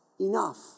enough